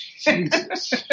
Jesus